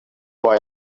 boy